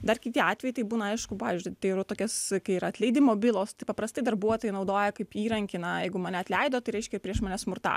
dar kiti atvejai tai būna aišku pavyzdžiui tai yra tokias kai yra atleidimo bylos tai paprastai darbuotojai naudoja kaip įrankį na jeigu mane atleido tai reiškia prieš mane smurta